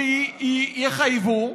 שהם חייבו,